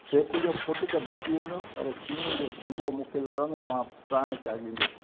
सेठ जो पुटु त बची वेंदो पर शींहं जो चंबो मूंखे लॻंदो मां प्राण त्यागींदसि